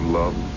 love